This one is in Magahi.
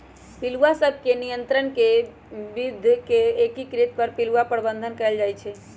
पिलुआ सभ के नियंत्रण के विद्ध के एकीकृत कर पिलुआ प्रबंधन कएल जाइ छइ